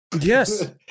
Yes